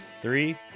three